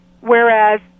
whereas